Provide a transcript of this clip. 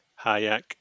Hayek